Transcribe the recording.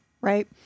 right